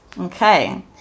Okay